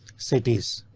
cities,